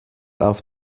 auf